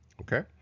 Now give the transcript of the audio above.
okay